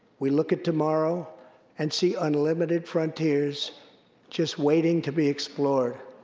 we look at tomorrow and see unlimited frontiers just waiting to be explored.